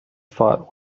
fought